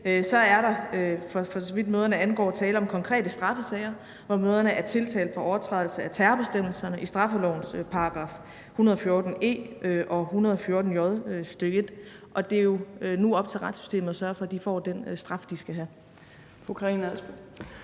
i, er der, for så vidt mødrene angår, tale om konkrete straffesager, hvor mødrene er tiltalt for overtrædelse af terrorbestemmelserne i straffelovens §§ 114 e og 114 j, stk. 1, og det er nu op til retssystemet at sørge for, at de får den straf, de skal have.